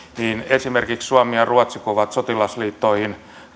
esimerkiksi suomelle ja ruotsille kun ovat sotilasliittoihin